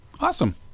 Awesome